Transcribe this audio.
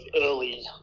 early